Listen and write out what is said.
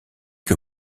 que